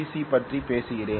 C பற்றி பேசுகிறேன்